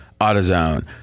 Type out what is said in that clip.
AutoZone